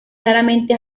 raramente